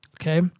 Okay